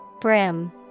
Brim